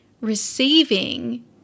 Receiving